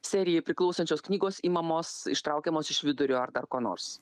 serijai priklausančios knygos imamos ištraukiamos iš vidurio ar dar ko nors